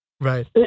Right